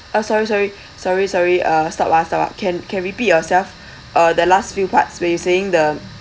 ah sorry sorry sorry sorry uh stop ah stop ah can can repeat yourself uh the last few parts where you saying the